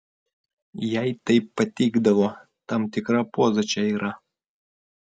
jai taip patikdavo tam tikra poza čia yra